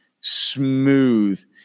smooth